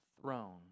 throne